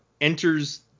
enters